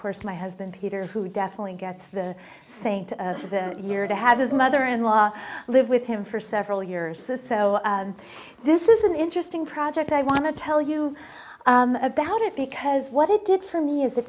course my husband peter who definitely gets the saint of the year to have his mother in law live with him for several years says so this is an interesting project i want to tell you about it because what it did for me is